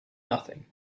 nothing